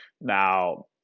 Now